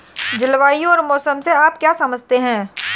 जलवायु और मौसम से आप क्या समझते हैं?